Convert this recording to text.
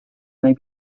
may